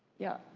yeah.